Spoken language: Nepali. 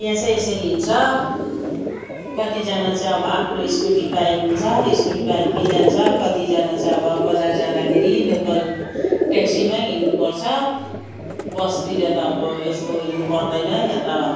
यहाँ चाहिँ यसरी हिँड्छ कतिजना चाहिँ अब आफ्नो स्कुटी बाइक हुन्छ स्कुटी बाइकमै जान्छ कतिजना चाहिँ अब बजार जाँदाखेरि लोकल ट्याक्सीमै हिँड्नुपर्छ बसतिर त अब यस्तो हिँड्नु पर्दैन यहाँ त